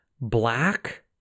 black